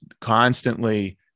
constantly